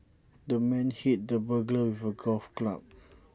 the man hit the burglar with A golf club